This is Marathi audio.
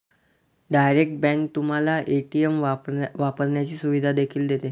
डायरेक्ट बँक तुम्हाला ए.टी.एम वापरण्याची सुविधा देखील देते